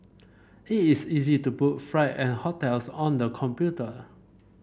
it is easy to book flight and hotels on the computer